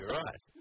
right